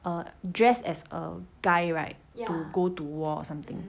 uh dressed as a guy right to go to war or something